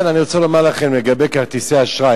אני רוצה לומר לכם לגבי כרטיסי האשראי.